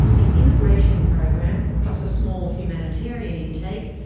the immigration program, plus a small humanitarian intake,